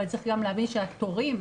אבל צריך להבין שהתורים,